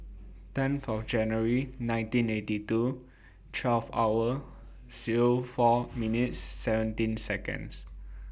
ten For January nineteen eighty two twelve hour Zero four minutes seventeen Seconds